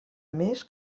més